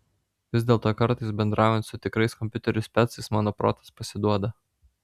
vis dėlto kartais bendraujant su tikrais kompiuterių specais mano protas pasiduoda